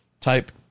type